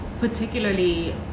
particularly